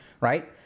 Right